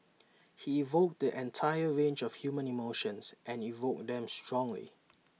he evoked the entire range of human emotions and evoked them strongly